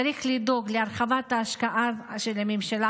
צריך לדאוג להרחבת ההשקעה של הממשלה